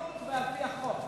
באחריות ועל-פי החוק,